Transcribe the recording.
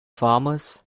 farmers